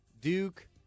Duke